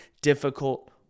difficult